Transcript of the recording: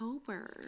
October